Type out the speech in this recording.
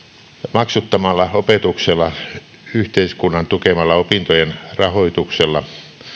maksuttomalla opetuksella yhteiskunnan tukemalla opintojen rahoituksella